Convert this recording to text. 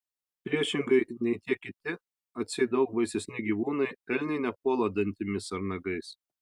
priešingai nei tie kiti atseit daug baisesni gyvūnai elniai nepuola dantimis ar nagais